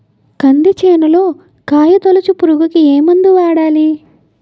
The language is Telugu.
కంది చేనులో కాయతోలుచు పురుగుకి ఏ మందు వాడాలి?